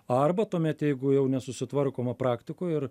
arba tuomet jeigu jau nesusitvarkoma praktikoj ir